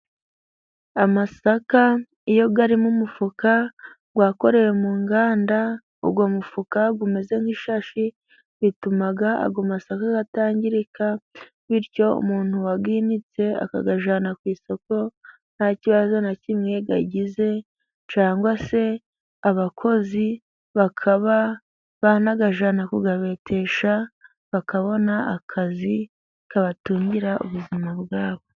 Amasaka iyo ari mu mufuka wakorewe mu nganda, uwo mufuka umeze nk'ishashi bituma amasaka atangirika, bityo umuntu wayinitse akayajyana ku isoko nta kibazo na kimwe yagize cangwa se abakozi bakaba banayajyana kuyabetesha bakabona akazi kabatungira ubuzima bwabo.